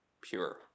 pure